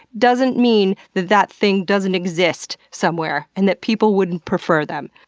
doesn't mean that that thing doesn't exist somewhere, and that people wouldn't prefer them.